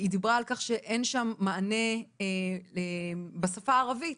והיא דיברה על כך שאין שם מענה בשפה הערבית